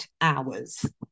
hours